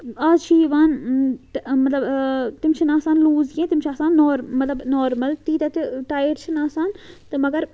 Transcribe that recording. آز چھِ یِوان مطلب تِم چھِنہٕ آسان لوٗز کینٛہہ تِم چھِ آسان ان مطلب نارمَل تیٖتیاہ تہِ ٹایِٹ چھِنہٕ آسان تہٕ مَگر